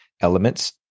elements